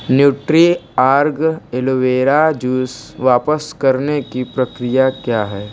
Nutriorg aloe vera juice वापस करने की प्रक्रिया क्या है